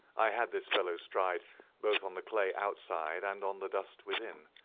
i had this fellow's stride both on the clay outside and on the dust within.